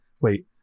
wait